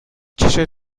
چشتون